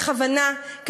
בכוונה,